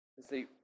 see